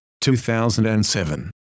2007